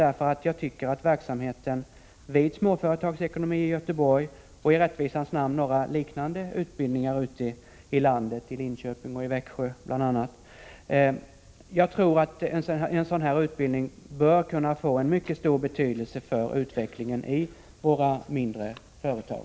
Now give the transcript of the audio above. Jag tycker nämligen att verksamheten vid Småföretagsekonomi i Göteborg — och i rättvisans namn några liknande utbildningar på andra håll i landet, bl.a. i Linköping och Växjö — bör kunna få en mycket stor betydelse för utvecklingen i våra mindre företag.